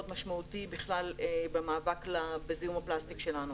משמעותי בכלל במאבק בזיהום הפלסטיק שלנו.